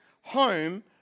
home